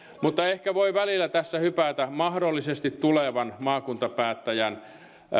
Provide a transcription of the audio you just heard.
mutta ehkä voi välillä tässä hypätä mahdollisesti tulevan maakuntapäättäjän